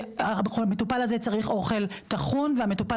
המטופל הזה צריך אוכל טחון והמטופל